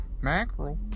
mackerel